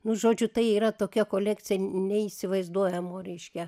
nu žodžiu tai yra tokia kolekcija neįsivaizduojamo ryškia